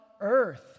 earth